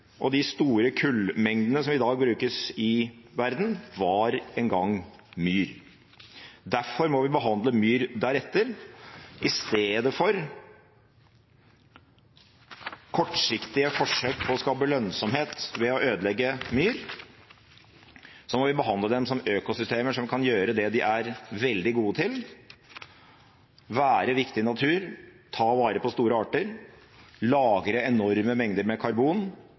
og de store kullmengdene som i dag brukes i verden, var en gang myr. Derfor må vi behandle myr deretter. I stedet for kortsiktige forsøk på å skape lønnsomhet ved å ødelegge myr, må vi behandle dem som økosystemer som kan gjøre det de er veldig gode til: være viktig natur, ta vare på store arter, lagre enorme mengder med karbon